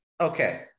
Okay